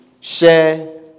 share